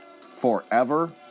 forever